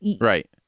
Right